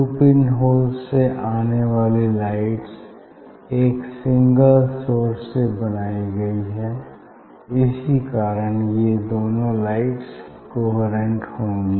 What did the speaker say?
to pin holes से आने वाली लाइट्स एक सिंगल सोर्स से बनाई गई है इसी कारण ये दोनों लाइट्स कोहेरेंट होंगी